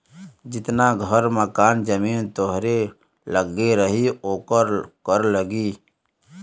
जितना घर मकान जमीन तोहरे लग्गे रही ओकर कर लगी